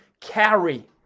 carry